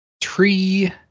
tree